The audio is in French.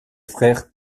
frères